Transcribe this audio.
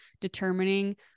determining